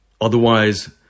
otherwise